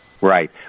Right